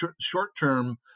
short-term